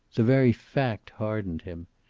the very fact hardened him.